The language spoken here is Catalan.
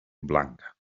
blanca